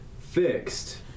fixed